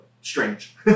Strange